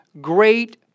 great